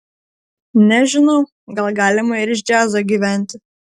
nežinau gal galima ir iš džiazo gyventi